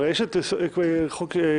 הרי יש את חוק יסוד: